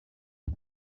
mwe